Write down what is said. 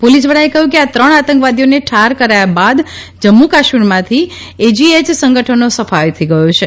પોલીસવડાએ કહ્યં કે આ ત્રણ આતંકવાદીઓને ઠાર કરાયા બાદ જમ્મુ કાશ્મીરમાંથી એજીએચ સંગઠનનો સફાયો થઇ ગયો છે